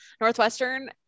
Northwestern